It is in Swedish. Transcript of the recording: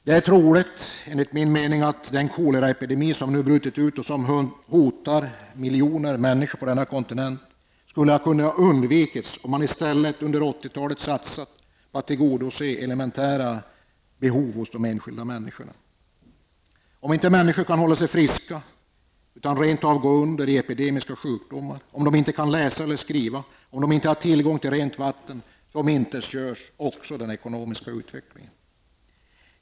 Det är enligt min mening troligt att den koleraepidemi som nu har brutit ut och som hotar miljoner människor på denna kontinent skulle ha kunnat undvikas, om man under 80-talet i stället hade satsat på att tillgodose elementära behov hos de enskilda människorna. Om inte människorna kan hålla sig friska utan rent av går under i epidemiska sjukdomar, om de inte kan läsa eller skriva, om de inte har tillgång till rent vatten omintetgörs också den ekonomiska utvecklingen.